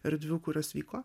erdvių kurios vyko